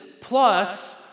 plus